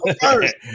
first